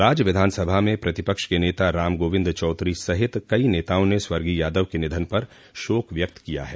राज्य विधानसभा में प्रतिपक्ष के नेता रामगोबिन्द चौधरी सहित कई नेताओं ने स्वर्गीय यादव के निधन पर शोक व्यक्त किया है